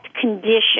condition